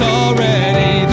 already